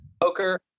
poker